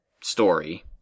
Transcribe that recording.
story